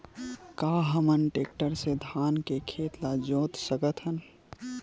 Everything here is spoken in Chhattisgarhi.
का हमन टेक्टर से धान के खेत ल जोत सकथन?